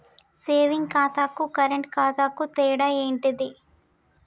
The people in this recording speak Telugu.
సేవింగ్ ఖాతాకు కరెంట్ ఖాతాకు తేడా ఏంటిది?